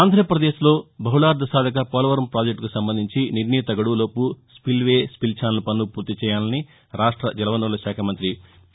ఆంధ్రప్రదేశ్ లో బహుళార్లసార్లక పోలవరం పాజెక్లుకు సంబంధించి నిర్ణీత గడువు లోపు స్పిల్ వే స్పిల్ ఛానల్ పనులు పూర్తి చేయాలని రాష్ల జలవనరులశాఖ మంతి పి